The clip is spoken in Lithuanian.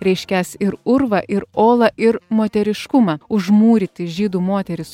reiškiąs ir urvą ir olą ir moteriškumą užmūryti žydų moteris